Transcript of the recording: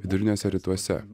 viduriniuose rytuose